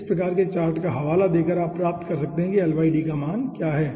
इस प्रकार के चार्ट का हवाला देकर आप प्राप्त कर सकते हैं कि L D का मान क्या है